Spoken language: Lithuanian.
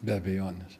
be abejonės